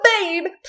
Babe